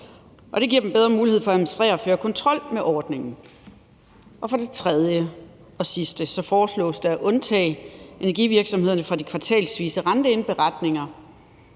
og det giver dem bedre mulighed for at administrere og føre kontrol med ordningen. Og for det tredje foreslås det at undtage energivirksomhederne fra de kvartalsvise renteindberetninger